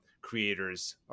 creators